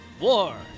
War